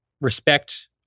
respect